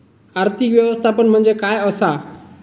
आर्थिक व्यवस्थापन म्हणजे काय असा?